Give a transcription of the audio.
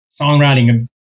songwriting